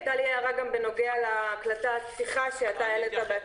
הייתה לי הערה גם בנוגע להקלטת השיחה שהעלית.